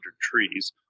trees